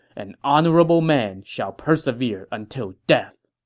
an honorable man shall persevere until death.